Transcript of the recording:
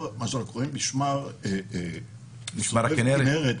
משמר הכינרת,